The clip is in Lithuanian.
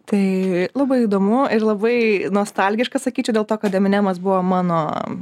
tai labai įdomu ir labai nostalgiška sakyčiau dėl to kad eminemas buvo mano